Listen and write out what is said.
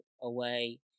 away